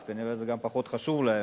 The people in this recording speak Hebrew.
אז כנראה זה גם פחות חשוב להם.